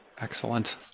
Excellent